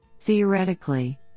Theoretically